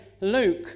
Luke